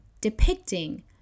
depicting